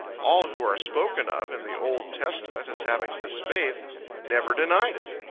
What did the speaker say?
all who are spoken of in the old testament as having this faith never denied it.